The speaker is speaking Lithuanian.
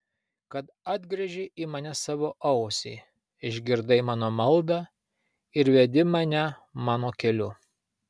kad atgręžei į mane savo ausį išgirdai mano maldą ir vedi mane mano keliu